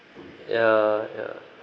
ya ya